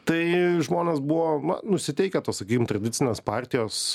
tai žmonės buvo nusiteikę tos sakykim tradicinės partijos